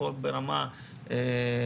ספורט ברמה גבוהה,